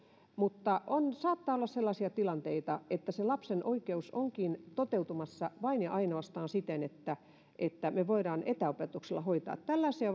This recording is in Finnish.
mutta saattaa olla sellaisia tilanteita että se lapsen oikeus onkin toteutumassa vain ja ainoastaan siten että että me voimme etäopetuksella hoitaa tällaisia